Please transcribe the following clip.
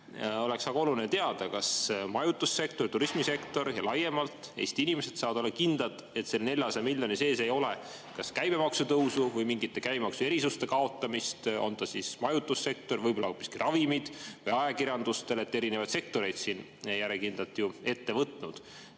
oleks väga oluline teada, kas majutussektor, turismisektor ja laiemalt Eesti inimesed saavad olla kindlad, et selle 400 miljoni sees ei ole kas käibemaksutõusu või mingite käibemaksuerisuste kaotamist, on see siis majutussektor, võib-olla hoopiski ravimid või ajakirjandus. Te olete erinevaid sektoreid järjekindlalt ju ette võtnud.